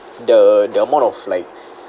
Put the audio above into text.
the the amount of like